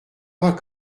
pas